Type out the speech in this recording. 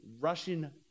Russian